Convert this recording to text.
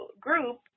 group